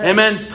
Amen